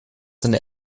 deine